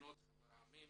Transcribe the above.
ממדינות חבר העמים